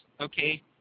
okay